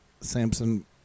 Samson